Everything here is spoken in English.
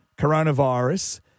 coronavirus